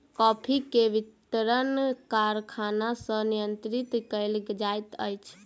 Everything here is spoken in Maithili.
कॉफ़ी के वितरण कारखाना सॅ नियंत्रित कयल जाइत अछि